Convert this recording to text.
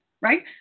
right